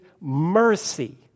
mercy